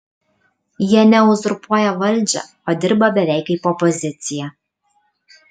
jie ne uzurpuoja valdžią o dirba beveik kaip opozicija